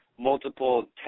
multiple